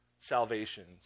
salvations